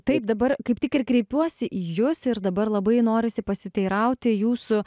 taip dabar kaip tik ir kreipiuosi į jus ir dabar labai norisi pasiteirauti jūsų